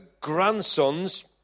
grandsons